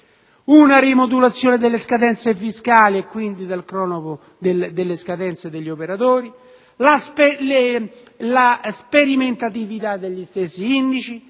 una rimodulazione delle scadenze fiscali, e quindi delle scadenze degli operatori, la sperimentatività degli stessi indici,